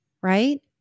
right